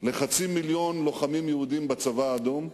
לחצי מיליון לוחמים יהודים בצבא האדום,